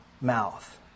mouth